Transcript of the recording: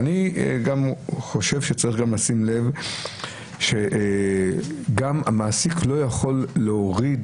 ואני חושב שגם צריך לשים לב שגם המעסיק לא יכול להוריד